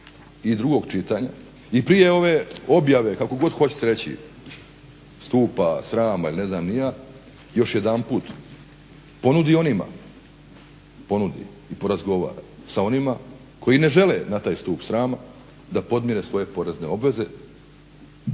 drugog čitanja i prije ove objave kako god hoćete reći stupa srama ili ne znam ni ja, još jedanput ponudi onima, ponudi i porazgovara sa onima koji ne žele na taj stup srama da podmire svoje porezne obveze